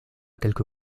quelque